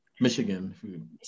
Michigan